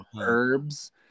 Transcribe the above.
herbs